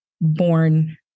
born